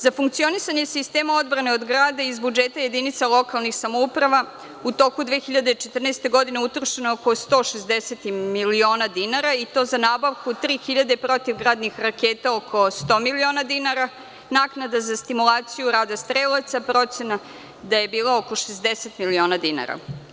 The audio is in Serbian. Za funkcionisanje sistema odbrane od grada iz budžeta jedinica lokalnih samouprava u toku 2014. godine utrošeno je oko 160 miliona dinara, i to za nabavku 3.000 protivgradnih raketa, oko 100 miliona dinara, naknada za stimulaciju rada strelaca, procena je da je bilo oko 60 miliona dinara.